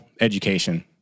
education